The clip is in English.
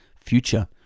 future